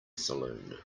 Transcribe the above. saloon